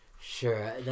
Sure